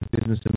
Business